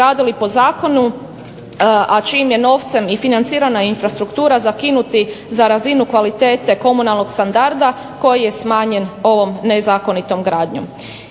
gradili po zakonu a čijim je novcem i financirana infrastruktura zakinuti za razinu kvalitete komunalnog standarda koji je smanjen ovom nezakonitom gradnjom.